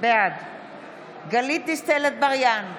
בעד גלית דיסטל אטבריאן,